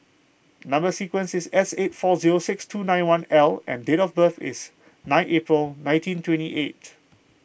Number Sequence is S eight four zero six two nine one L and date of birth is nine April nineteen twenty eight